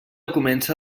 comença